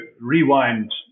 rewind